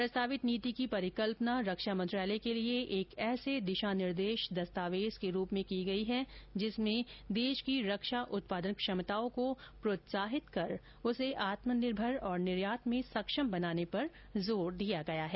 प्रस्तावित नीति की परिकल्पना रक्षा मंत्रालय के लिए एक ऐसे दिशानिर्देश दस्तावेज के रूप में की गई है जिसमें देश की रक्षा उत्पादन क्षमताओं को प्रोत्साहित कर उसे आत्मनिर्भर और निर्यात में सक्षम बनाने पर जोर दिया गया है